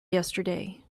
yesterday